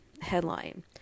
headline